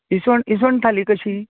इस्वण इस्वण थाली कशी